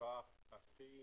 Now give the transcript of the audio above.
תשובה הכי